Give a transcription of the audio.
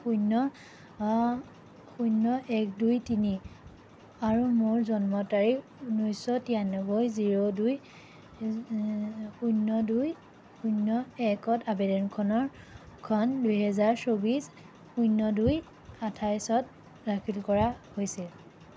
শূন্য অঁ শূন্য এক দুই তিনি আৰু মোৰ জন্ম তাৰিখ ঊনৈশ তিৰানব্বৈ জিৰ' দুই শূন্য দুই শূন্য একত আবেদনখনৰ খন দুহেজাৰ চৌবিছ শূন্য দুই আঠাইছত দাখিল কৰা হৈছিল